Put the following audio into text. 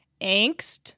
angst